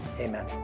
Amen